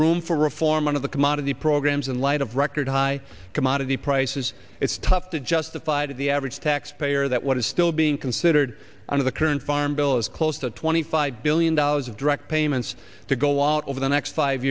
room for reform of the commodity programs in light of record high commodity prices it's tough to justify to the average taxpayer that what is still being considered under the current farm bill is close to twenty five billion dollars of direct payments to go out over the next five